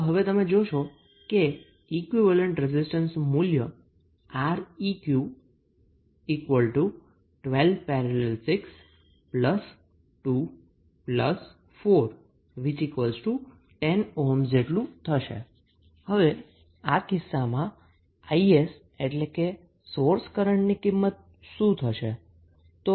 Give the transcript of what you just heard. તો હવે તમે જોશો કે ઈક્વીવેલેન્ટ રેઝિસ્ટન્સ નું મૂલ્ય Req 12 || 6 2 4 10 હવે આ કિસ્સામાં 𝐼𝑠 એટલે કે સોર્સ કરન્ટની કિંમત શું થશે